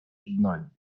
ignored